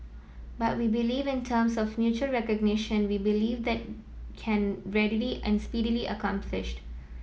but we believe in terms of mutual recognition we believe that can readily and speedily accomplished